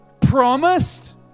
Promised